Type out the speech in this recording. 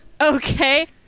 Okay